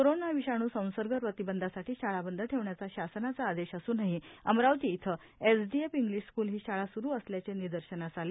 corona विषाणू संसर्ग प्रतिबंधासाठी शाळा बंद ठेवण्याचा शासनाचा आदेश असूनही अमरावती इथं एसडीएफ इंग्लिश स्कूल ही शाळा सुरू असल्याचे निदर्शनास आले